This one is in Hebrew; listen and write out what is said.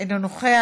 אינו נוכח.